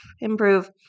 improve